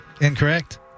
Incorrect